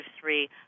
three